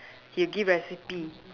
he'll give recipe